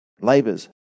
labors